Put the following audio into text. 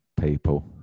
people